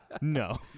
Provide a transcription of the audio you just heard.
No